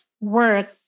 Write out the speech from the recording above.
work